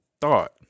thought